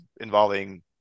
involving